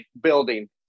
building